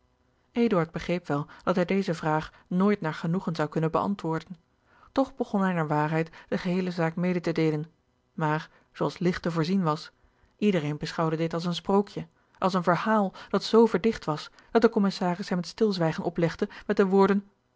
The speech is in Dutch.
begreep wel dat hij deze vraag nooit naar genoegen zou kunnen beantwoorden toch begon hij naar waarheid de geheele zaak mede te deelen maar zoo als ligt te voorzien was iedereen beschouwde dit als een sprookje als een verhaal dat zoo verdicht was dat de commissaris hem het stilzwijgen oplegde met de woorden